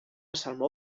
salmó